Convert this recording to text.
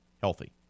healthy